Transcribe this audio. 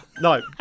No